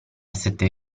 sette